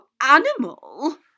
Animal